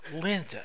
Linda